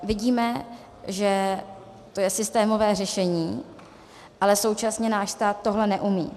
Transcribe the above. Vidíme, že to je systémové řešení, ale současně náš stát tohle neumí.